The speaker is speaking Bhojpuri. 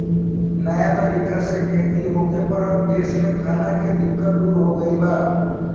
नया तरीका से खेती होखे पर अब देश में खाना के दिक्कत दूर हो गईल बा